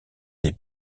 des